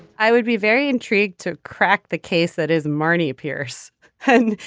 i would be very intrigued to crack the case that is marnie appears headed.